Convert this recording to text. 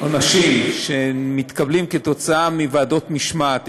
עונשים שמתקבלים בוועדות משמעת,